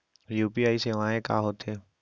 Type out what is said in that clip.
UPI सेवाएं का होथे